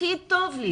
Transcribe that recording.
הכי טוב.